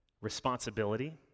Responsibility